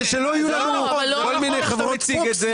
מה שאתה מציג את זה,